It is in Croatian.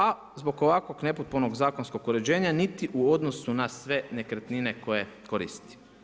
A zbog ovakvog nepotpunog zakonskog uređenja, niti u odnosu na sve nekretnine koje koristi.